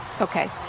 Okay